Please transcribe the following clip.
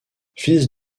fils